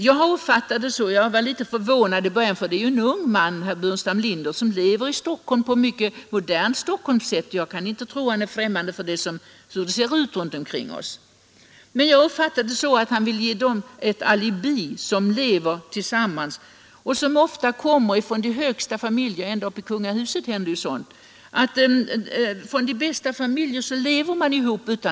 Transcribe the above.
Jag var i början litet förvånad över detta, för herr Burenstam Linder är ju en ung man, som lever i Stockholm på mycket modernt Stockholmssätt — jag kunde inte tro att han var främmande för hur det ser ut runt omkring oss. Men jag har uppfattat det så att han med detta vill ge dem som lever tillsammans utan att vara gifta ett alibi — sådant händer ju i de bästa familjer, ända upp i kungahuset.